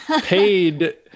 paid